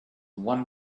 one